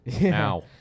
Now